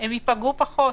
הם ייפגעו פחות.